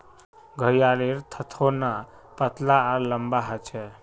घड़ियालेर थथोना पतला आर लंबा ह छे